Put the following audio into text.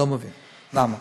לא מבין למה.